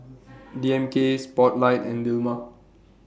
D M K Spotlight and Dilmah